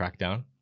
crackdown